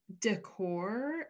decor